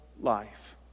life